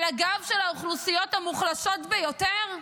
על הגב של האוכלוסיות המוחלשות ביותר?